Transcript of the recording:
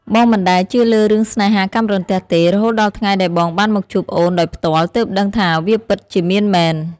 បងមិនដែលជឿលើរឿងស្នេហាកាំរន្ទះទេ រហូតដល់ថ្ងៃដែលបងបានមកជួបអូនដោយផ្ទាល់ ទើបដឹងថាវាពិតជាមានមែន។